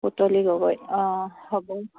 পুতলি গগৈ অঁ হ'ব